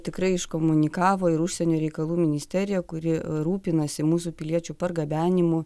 tikrai iškomunikavo ir užsienio reikalų ministerija kuri rūpinasi mūsų piliečių pargabenimu